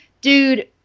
dude